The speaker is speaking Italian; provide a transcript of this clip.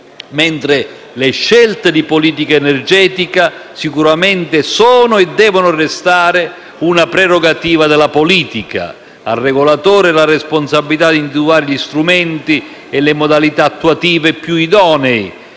mentre le scelte di politica energetica sicuramente sono e devono restare una prerogativa della politica. Al regolatore la responsabilità di individuare gli strumenti e le modalità attuative più idonee.